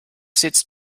sitzt